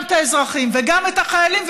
גם את האזרחים וגם את החיילים,